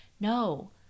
no